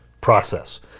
process